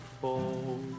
fall